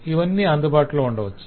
ఇవన్నీ అందుబాటులో ఉండవచ్చు